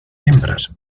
hembras